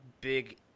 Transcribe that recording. big